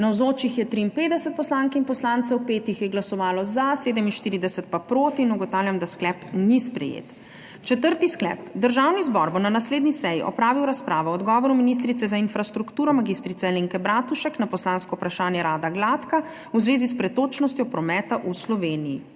Navzočih je 53 poslank in poslancev, 5 jih je glasovalo za, 47 pa proti. (Za je glasovalo 5.) (Proti 47.) Ugotavljam, da sklep ni sprejet. Četrti sklep: Državni zbor bo na naslednji seji opravil razpravo o odgovoru ministrice za infrastrukturo mag. Alenke Bratušek na poslansko vprašanje Rada Gladka v zvezi s pretočnostjo prometa v Sloveniji.